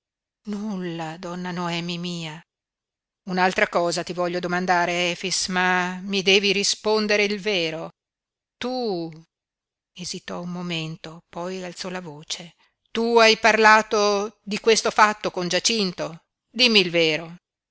nulla donna noemi mia un'altra cosa ti voglio domandare efix ma mi devi rispondere il vero tu esitò un momento poi alzò la voce tu hai parlato di questo fatto con giacinto dimmi il vero